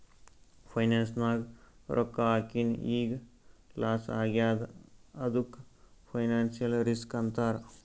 finance ನಾಗ್ ರೊಕ್ಕಾ ಹಾಕಿನ್ ಈಗ್ ಲಾಸ್ ಆಗ್ಯಾದ್ ಅದ್ದುಕ್ ಫೈನಾನ್ಸಿಯಲ್ ರಿಸ್ಕ್ ಅಂತಾರ್